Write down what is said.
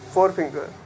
Forefinger